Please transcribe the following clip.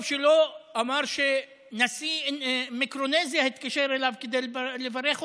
טוב שלא אמר שנשיא מיקרונזיה התקשר אליו כדי לברך אותו.